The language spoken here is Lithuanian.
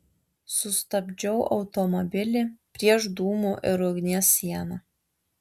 sustabdžiau automobilį prieš dūmų ir ugnies sieną